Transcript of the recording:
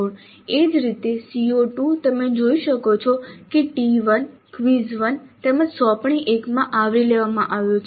એ જ રીતે CO2 તમે જોઈ શકો છો કે તે T1 ક્વિઝ 1 તેમજ સોંપણી 1 માં આવરી લેવામાં આવ્યું છે